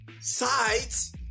sides